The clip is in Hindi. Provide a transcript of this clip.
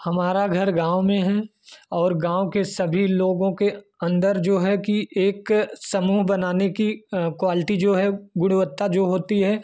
हमारा घर गाँव में है और गाँव के सभी लोगों के अंदर जो है कि एक समूह बनाने की क्वाल्टी जो है गुणवत्ता जो होती है